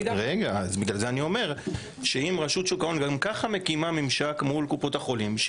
אם רשות השוק גם ככה מקימה ממשק מול קופות החולים,